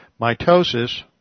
mitosis